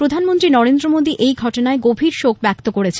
প্রধানমন্ত্রী নরেন্দ্র মোদী এই ঘটনায় গভীর শোক ব্যক্ত করেছেন